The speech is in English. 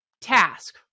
task